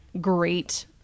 great